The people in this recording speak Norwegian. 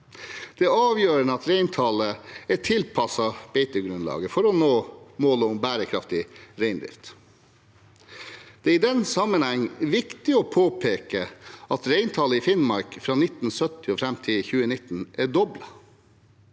Det er avgjørende at reintallet er tilpasset beitegrunnlaget for å nå målet om bærekraftig reindrift. Det er i den sammenheng viktig å påpeke at reintallet i Finnmark er doblet fra 1970 og fram til 2019.